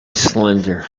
slender